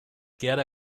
gerda